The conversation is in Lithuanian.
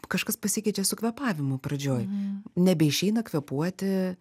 kažkas pasikeičia su kvėpavimu pradžioj nebeišeina kvėpuoti